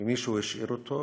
מישהו השאיר אותו.